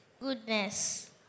Goodness